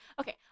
Okay